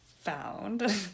found